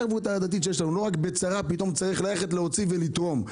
לא רק בצרה פתאום צריך ללכת, להוציא ולתרום.